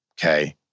okay